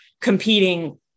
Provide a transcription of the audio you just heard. competing